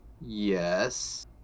Yes